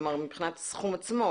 כלומר מבחינת הסכום עצמו,